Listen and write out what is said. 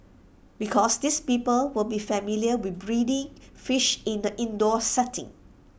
because these people will be familiar with breeding fish in the indoor setting